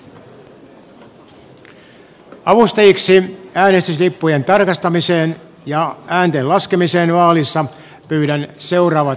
avustajiksi äänestyslippujen tarkastamiseen ja äänten laskemiseen vaalissa pyydän seuraavat edustajat